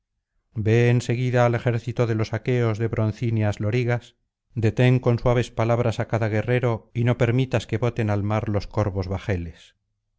en seguida al ejército de los aqueos de broncíneas loriga detén con suaves palabras á cada guerrero y no permitas que boten al mar los corvos bajeles